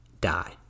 die